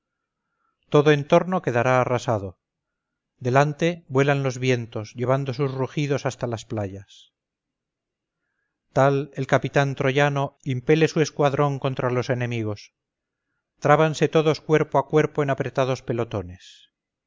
todo en torno quedará arrasado delante vuelan los vientos llevando sus rugidos hasta las playas tal el capitán troyano impele su escuadrón contra los enemigos trábanse todos cuerpo a cuerpo en apretados pelotones